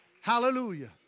hallelujah